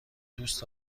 دوست